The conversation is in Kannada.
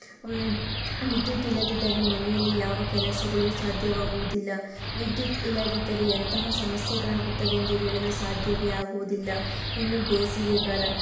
ವಿದ್ಯುತ್ ಇಲ್ಲದಿದ್ದರೆ ಮನೆಯಲ್ಲಿ ಯಾವ ಕೆಲಸಗಳು ಸಾಧ್ಯವಾಗುವುದಿಲ್ಲ ವಿದ್ಯುತ್ ಇಲ್ಲದಿದ್ದರೆ ಎಂತಹ ಸಮಸ್ಯೆಗಳು ಆಗುತ್ತವೆ ಎಂದು ಹೇಳಲು ಸಾಧ್ಯವೇ ಆಗುವುದಿಲ್ಲ ಇನ್ನು ಬೇಸಿಗೆಗಾಲ